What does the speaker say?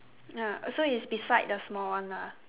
ya so it's beside the small one ah